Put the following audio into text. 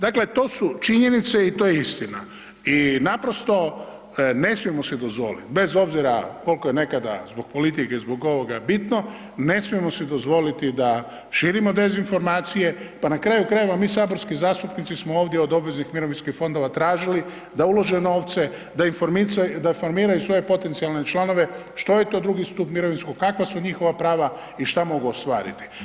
Dakle, to su činjenice i to je istina i naprosto ne smijemo si dozvoliti bez obzira koliko je nekada, zbog politike, zbog ovoga bitno, ne smijemo si dozvoliti da širimo dezinformacije, pa na kraju krajeva, mi saborski zastupnici smo ovdje od obveznih mirovinskih fondova tražili da ulože novce, da informiraju svoje potencijalne članove, što je to II. stup mirovinskog, kakva su njihova prava i što mogu ostvariti.